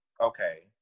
Okay